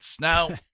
Now